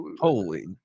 holy